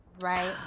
Right